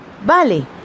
Vale